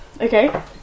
Okay